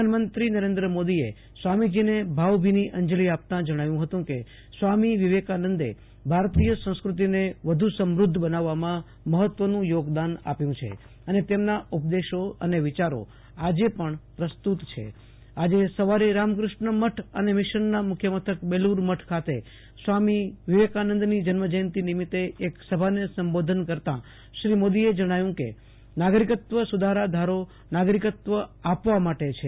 પ્રધાનમંત્રી નરેન્દ્ર મોદીએ સ્વામીજીને ભાવભીની અંજલી આપતા જણાવ્યુ હતું કે સ્વામી વિવેકાનંદે ભારતીય સંસ્કૃતિને વધુ સમદ્ર બનાવવામાં મહત્વનું યોગદાન આપ્યુ છે અને તેમના ઉપદેશો અને વિચારો આજે પણ પ્રસ્તુ ત છે આજે સવારે રામકૃષ્ણ મઠ અને મિશનના મુખ્યમથક બેલુર મઠ ખાતે સ્વામી વિવેકાનંદની જન્મજયંતી નિમિતે એક સભાને સંબોધન કરતી શ્રી મોદીએ જણાવ્યુ કે નાગરિક ત્વ સુ ધારા ધારો નાગરિકત્વ આપવા માટે છે